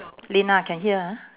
lina can hear ah